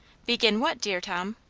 begin what, dear tom?